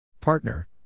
Partner